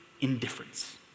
indifference